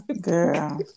Girl